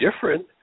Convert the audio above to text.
different